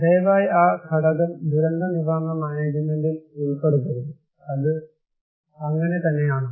ദയവായി ആ ഘടകം ദുരന്ത നിവാരണ മാനേജുമെന്റിൽ ഉൾപ്പെടുത്തരുത് അത് അങ്ങനെ തന്നെയാണോ